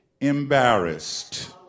embarrassed